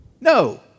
No